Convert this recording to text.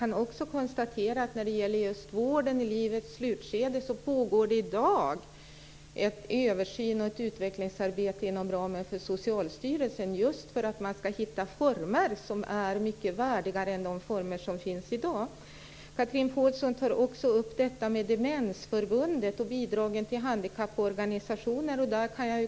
När det gäller vården i livets slutskede pågår det i dag ett översyns och utvecklingsarbete inom ramen för Socialstyrelsen just för att man ska hitta värdigare former än de som finns i dag. Chatrine Pålsson tar också upp Demensförbundet och bidragen till handikapporganisationer.